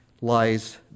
lies